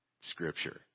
scripture